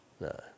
No